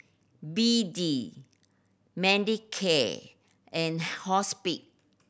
B D Manicare and Hospi